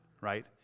right